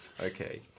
Okay